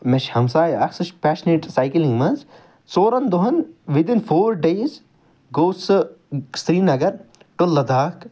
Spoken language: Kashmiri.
مےٚ چھُ ہَمساے اَکھ سُہ چھُ پیشِنیٹ سایکٕلِنٛگ مَنٛز ژورَن دۄہَن وِدٕن فور ڈیز گوٚو سُہ سریٖنَگَر ٹو لَداخ